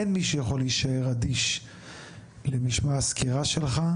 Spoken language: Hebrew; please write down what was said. אין מי שיכול להישאר אדיש למשמע הסקירה שלך,